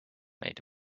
made